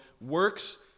works